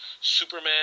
Superman